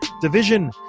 division